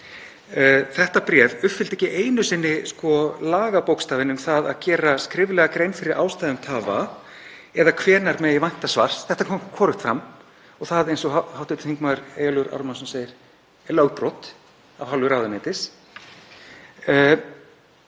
Þetta bréf uppfyllti ekki einu sinni lagabókstafinn um að gera skriflega grein fyrir ástæðum tafa eða hvenær megi vænta svars. Þetta kom hvorugt fram og það er, eins og hv. þm. Eyjólfur Ármannsson segir, lögbrot af hálfu ráðuneytis.